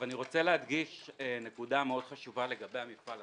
אני רוצה להדגיש נקודה מאוד חשובה לגבי המפעל.